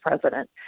president